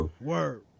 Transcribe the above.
Word